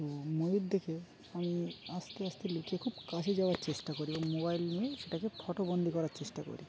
তো ময়ূর দেখে আমি আস্তে আস্তে লুকিয়ে খুব কাছে যাওয়ার চেষ্টা করি এবং মোবাইল নিয়ে সেটাকে ফটোবন্দি করার চেষ্টা করি